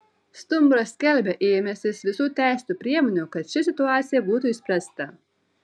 stumbras skelbia ėmęsis visų teisėtų priemonių kad ši situacija būtų išspręsta